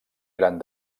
gran